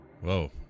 Whoa